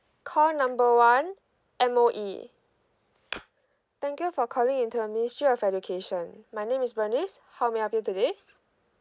call number one M_O_E thank you for calling into ministry of education my name is bernice how may I help you today